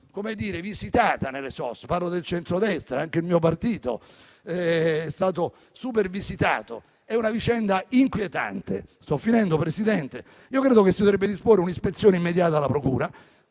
come dire - visitata nelle SOS: parlo del centrodestra e anche il mio partito è stato super visitato. È una vicenda inquietante. Credo che si dovrebbe disporre un'ispezione immediata alla procura.